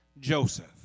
Joseph